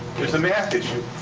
there's a math issue,